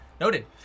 Noted